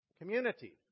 community